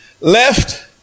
left